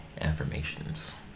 affirmations